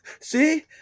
see